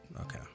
Okay